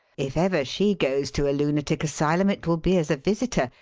if ever she goes to a lunatic asylum it will be as a visitor,